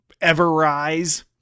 Ever-Rise